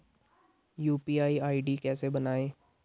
UPI ID कैसे बनायें?